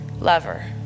lover